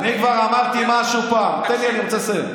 אני כבר אמרתי משהו פעם, תן לי, אני רוצה לסיים.